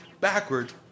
backward